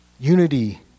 Unity